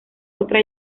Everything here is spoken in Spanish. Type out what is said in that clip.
otra